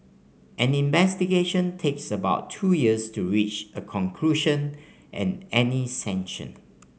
any investigation takes about two years to reach a conclusion and any sanction